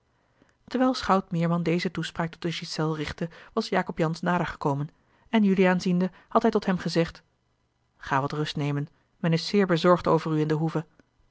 terwijl schout meerman deze toespraak tot de ghiselles richtte was jacob jansz nader gekomen en juliaan ziende had hij tot hem gezegd ga wat rust nemen men is zeer bezorgd over u in de hoeve